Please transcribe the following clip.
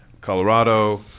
Colorado